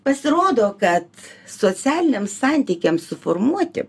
pasirodo kad socialiniams santykiams suformuoti